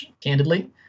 candidly